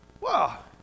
Wow